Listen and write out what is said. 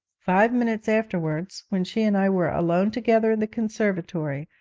five minutes afterwards, when she and i were alone together in the conservatory,